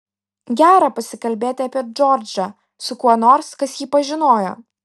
gera pasikalbėti apie džordžą su kuo nors kas jį pažinojo